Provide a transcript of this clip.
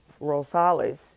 Rosales